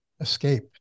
escape